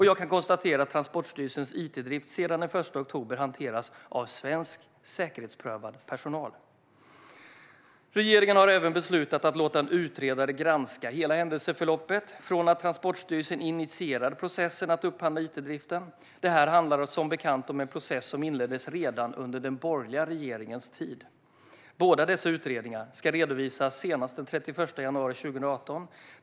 Jag kan konstatera att Transportstyrelsens it-drift sedan den 1 oktober hanteras av svensk säkerhetsprövad personal. Regeringen har även beslutat att låta en utredare granska hela händelseförloppet från att Transportstyrelsen initierade processen att upphandla itdriften. Detta handlar som bekant om en process som inleddes redan under den borgerliga regeringens tid. Båda dessa utredningar ska redovisas senast den 31 januari 2018.